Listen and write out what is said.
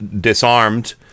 disarmed